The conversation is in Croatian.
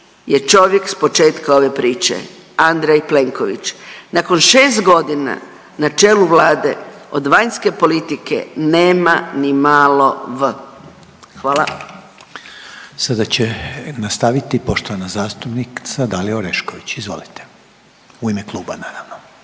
je čovjek s početka ove priče, Andrej Plenković. Nakon 6 godina na čelu Vlade, od vanjske politike nema ni malo v. Hvala. **Reiner, Željko (HDZ)** Sada će nastaviti poštovana zastupnica Dalija Orešković, izvolite, u ime kluba naravno.